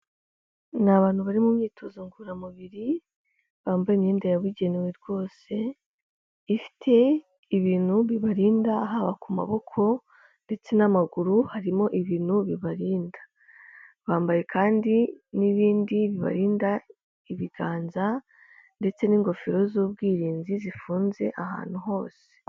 Ni abantu bari mu myitozo ngororamubiri, bambaye imyenda yabugenewe rwose, ifite ibintu bibarinda haba ku maboko ndetse n'amaguru harimo ibintu bibarinda, bambaye kandi n'ibindi bibarinda ibiganza ndetse n'ingofero z'ubwirinzi zifunze ahantu hose.